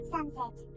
Sunset